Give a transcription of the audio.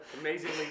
Amazingly